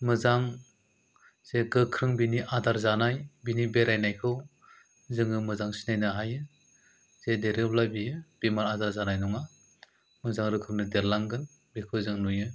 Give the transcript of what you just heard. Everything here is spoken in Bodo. मोजां जे गोख्रों बिनि आदार जानाय बिनि बेरायनायखौ जोङो मोजां सिनायनो हायो जे देरोब्ला बियो बेमार आजार जानाय नङा मोजां रोखोमनि देरलांगोन बेखौ जों नुयो